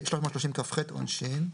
330כח. עונשין.